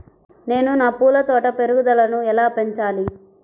నేను నా పూల తోట పెరుగుదలను ఎలా పెంచాలి?